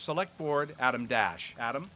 select board adam dash adam